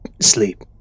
sleep